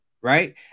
right